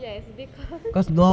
ya because